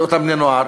לאותם בני-נוער,